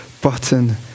button